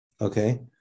okay